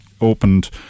opened